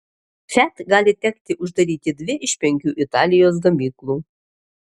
fiat gali tekti uždaryti dvi iš penkių italijos gamyklų